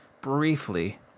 briefly